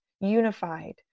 unified